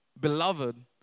beloved